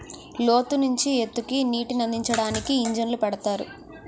లోతు నుంచి ఎత్తుకి నీటినందించడానికి ఇంజన్లు పెడతారు